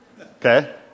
okay